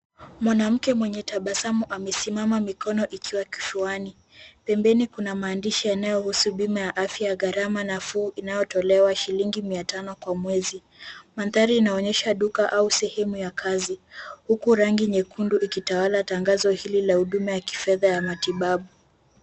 Mwanamke mwenye tabasamu amesimama mikono ikiwa kifuani . Pembeni kuna maandishi yanayohusu bima ya afya ya gharama nafuu inayotolewa shilingi mia tano kwa mwezi. Mandhari inaonyesha duka au sehemu ya kazi huku rangi nyekundu ikitawala tangazo hili la huduma la kimatibabu.